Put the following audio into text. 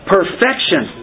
Perfection